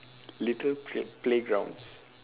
little play~ playgrounds